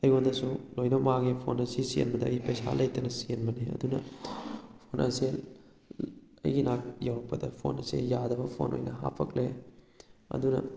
ꯑꯩꯉꯣꯟꯗꯁꯨ ꯂꯣꯏꯅ ꯃꯥꯡꯉꯦ ꯐꯣꯟ ꯑꯁꯤ ꯆꯦꯟꯕꯗ ꯑꯩ ꯄꯩꯁꯥ ꯂꯩꯇꯅ ꯆꯦꯟꯕꯅꯤ ꯑꯗꯨꯅ ꯐꯣꯟ ꯑꯁꯦ ꯑꯩꯒꯤ ꯅꯥꯛ ꯌꯧꯔꯛꯄꯗ ꯐꯣꯟ ꯑꯁꯦ ꯌꯥꯗꯕ ꯐꯣꯟ ꯑꯣꯏꯅ ꯍꯥꯞꯄꯛꯂꯦ ꯑꯗꯨꯅ